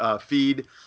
feed